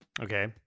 Okay